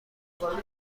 قلب